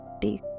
take